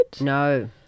No